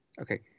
Okay